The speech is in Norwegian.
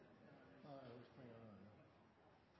da har